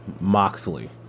Moxley